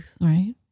right